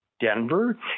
Denver